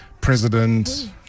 president